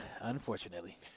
unfortunately